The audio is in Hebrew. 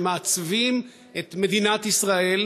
שמעצבים את מדינת ישראל